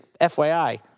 FYI